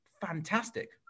fantastic